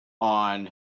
on